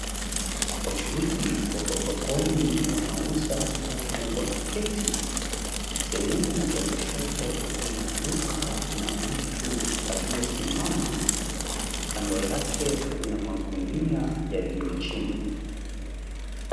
Wachuuzi wako sokoni wanauza huku wameketi. Sehemu ya kushoto kuna duka na mtu aliyesimama. Kando yake kuna magunia yaliyo chini.